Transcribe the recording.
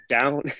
down